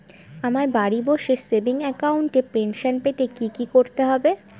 আমায় বাড়ি বসে সেভিংস অ্যাকাউন্টে পেনশন পেতে কি কি করতে হবে?